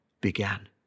began